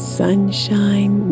sunshine